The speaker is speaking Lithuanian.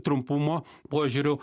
trumpumo požiūriu